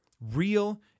Real